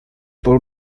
por